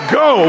go